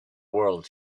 world